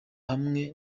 hamwe